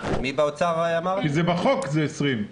כי בחוק זה 20,